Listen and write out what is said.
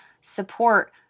support